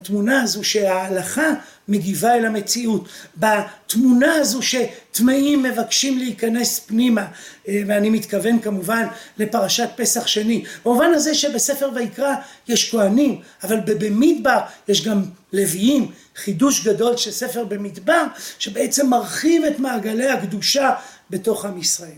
‫בתמונה הזו, שההלכה מגיבה ‫אל המציאות. ‫בתמונה הזו שטמאים ‫מבקשים להיכנס פנימה, ‫ואני מתכוון כמובן ‫לפרשת פסח שני, ‫במובן הזה שבספר ויקרא ‫יש כהנים, ‫אבל בבמדבר יש גם לוויים, ‫חידוש גדול של ספר במדבר, ‫שבעצם מרחיב את מעגלי הקדושה ‫בתוך עם ישראל.